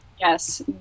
Yes